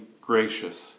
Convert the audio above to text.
gracious